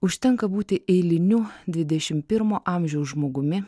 užtenka būti eiliniu dvidešimt pirmo amžiaus žmogumi